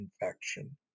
infection